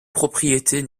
propriétés